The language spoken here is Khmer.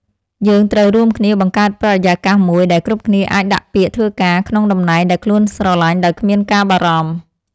យើងត្រូវរួមគ្នាបង្កើតបរិយាកាសមួយដែលគ្រប់គ្នាអាចដាក់ពាក្យធ្វើការក្នុងតំណែងដែលខ្លួនស្រឡាញ់ដោយគ្មានការបារម្ភ។